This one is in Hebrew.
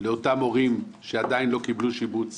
לאותם הורים שעדיין לא קיבלו שיבוץ